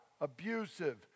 abusive